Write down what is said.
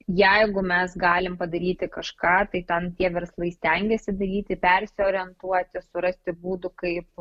jeigu mes galim padaryti kažką tai kam tie verslai stengiasi daryti persiorientuoti surasti būdų kaip